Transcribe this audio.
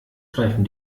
greifen